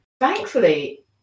thankfully